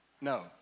No